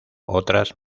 otras